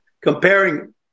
comparing